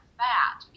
fat